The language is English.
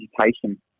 education